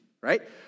Right